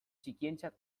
txikientzat